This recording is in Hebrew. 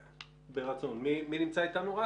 מי נמצא איתנו?